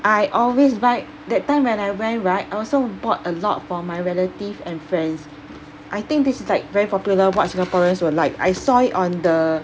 I always buy that time when I went right I also bought a lot for my relative and friends I think this is like very popular what singaporeans will like I saw it on the